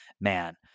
man